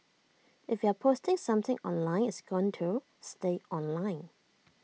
if you're posting something online it's going to stay online